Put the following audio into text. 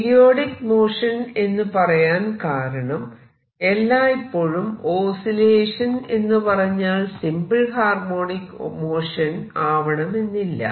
periodic motion എന്ന് പറയാൻ കാരണം എല്ലായ്പോഴും ഓസിലേഷൻ എന്ന് പറഞ്ഞാൽ സിംപിൾ ഹാർമോണിക് മോഷൻ ആവണമെന്നില്ല